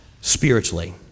spiritually